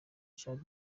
chad